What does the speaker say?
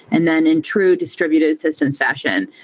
and then in true distributed systems fashion,